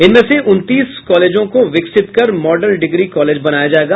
इनमें से उनतीस कॉलेजों को विकसित कर मॉडल डिग्री कॉलेज बनाया जायेगा